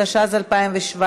התשע"ז 2017,